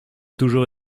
toujours